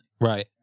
right